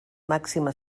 màxima